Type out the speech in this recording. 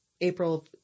april